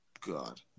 god